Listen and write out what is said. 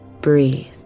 Breathe